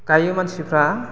गायो मानसिफोरा